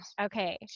Okay